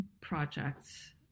projects